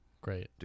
Great